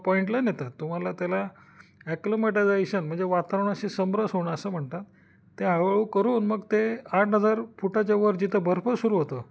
पॉईंटला नेतात तुम्हाला त्याला ॲक्लोमटाझेशन म्हणजे वातावरणाशी समरस होणं असं म्हणतात ते हळूहळू करून मग ते आठ हजार फुटाच्या वर जिथं बर्फ सुरू होतं